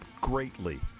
greatly